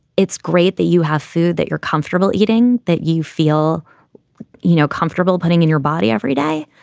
it's great that you have food that you're comfortable eating, that you feel you know comfortable putting in your body every day,